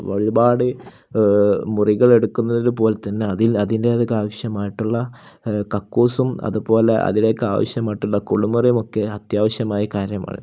ഒരുപാട് മുറികളെടുക്കുന്നത് പോലെ തന്നെ അതിൽ അതിൻ്റെതൊക്കെ ആവശ്യമായിട്ടുള്ള കക്കൂസും അതുപോലെ അതിലേക്ക് ആവശ്യമായിട്ടുള്ള കുളിമുറിയുമൊക്കെ അത്യാവശ്യമായ കാര്യമാണ്